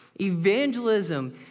Evangelism